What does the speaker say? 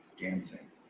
Dancing